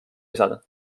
lisada